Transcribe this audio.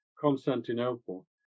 Constantinople